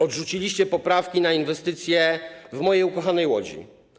Odrzuciliście poprawki dotyczące inwestycji w mojej ukochanej Łodzi.